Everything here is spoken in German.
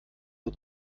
nur